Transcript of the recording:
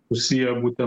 susiję būtent